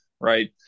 right